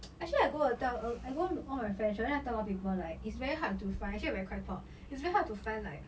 actually I go and tell I to go all my friends right then I tell a lot of people like it's very hard to find I'm actually very quite proud it's very hard to find like